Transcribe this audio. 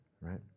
right